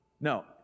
No